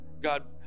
god